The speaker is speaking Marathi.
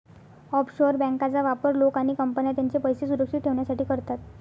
ऑफशोअर बँकांचा वापर लोक आणि कंपन्या त्यांचे पैसे सुरक्षित ठेवण्यासाठी करतात